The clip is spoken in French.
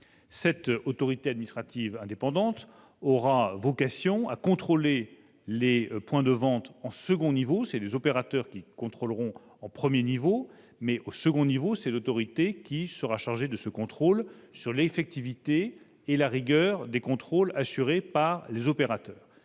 Cette autorité administrative indépendante aura vocation à contrôler les points de vente en second niveau. Ce sont les opérateurs qui contrôleront en premier niveau, mais au second niveau, cette autorité sera chargée de vérifier l'effectivité et la rigueur des contrôles assurés par les opérateurs.